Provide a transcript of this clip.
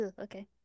Okay